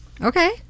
okay